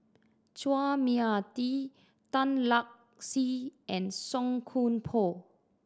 Chua Mia Tee Tan Lark Sye and Song Koon Poh